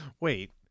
Wait